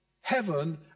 Heaven